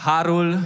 Harul